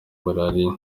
maraliya